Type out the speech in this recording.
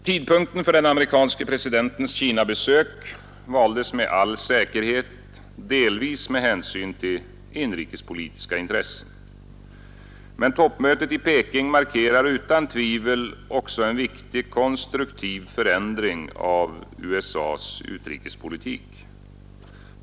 Tidpunkten för den amerikanske presidentens Kinabesök valdes med all säkerhet delvis med hänsyn till inrikespolitiska intressen. Men toppmötet i Peking markerar utan tvivel också en viktig konstruktiv förändring av USA:s utrikespolitik.